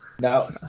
No